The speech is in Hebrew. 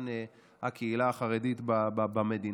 למען הקהילה החרדית במדינה.